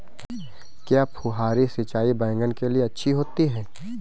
क्या फुहारी सिंचाई बैगन के लिए अच्छी होती है?